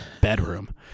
bedroom